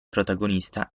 protagonista